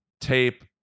tape